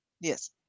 Yes